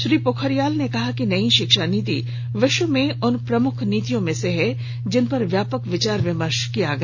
श्री पोखरियाल ने कहा कि नयी शिक्षा नीति विश्वा में उन प्रमुख नीतियों में से है जिनपर व्यापक विचार विमर्श किया गया